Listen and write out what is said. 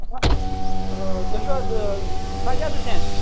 تُہۍ چھِو حظ سَجاد حُسین